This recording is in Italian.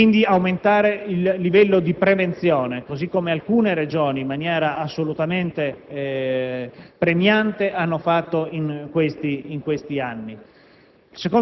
bisogna aumentare il livello di prevenzione, così come alcune Regioni, in maniera assolutamente premiante, hanno fatto in questi anni.